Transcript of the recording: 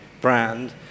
brand